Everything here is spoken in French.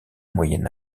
moyen